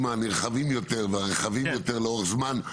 הנרחבים יותר והרחבים יותר לאורך זמן אז